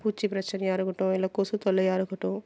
பூச்சி பிரச்சனையாக இருக்கட்டும் இல்லை கொசு தொல்லையாக இருக்கட்டும்